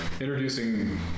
introducing